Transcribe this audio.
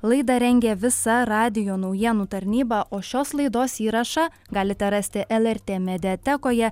laidą rengė visa radijo naujienų tarnyba o šios laidos įrašą galite rasti lrt mediatekoje